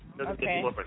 Okay